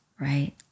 right